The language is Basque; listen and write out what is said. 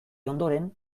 ondoren